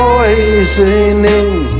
Poisoning